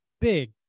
big